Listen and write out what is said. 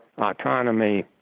autonomy